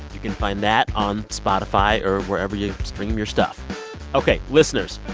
you can find that on spotify or wherever you stream your stuff ok, listeners,